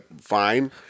fine